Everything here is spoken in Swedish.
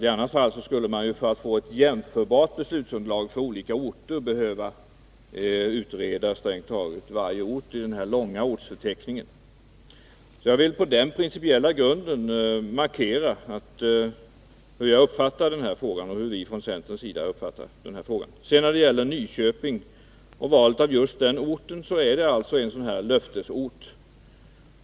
I annat fall skulle man för att få ett jämförbart beslutsunderlag för olika orter behöva utreda strängt taget varje ort i den långa ortsförteckningen. Jag vill på den principiella grunden markera hur jag uppfattar den här frågan, och hur vi från centerns sida uppfattar den. Just Nyköping är en sådan löftesort.